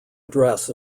dress